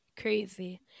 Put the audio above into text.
crazy